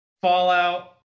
Fallout